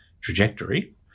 trajectory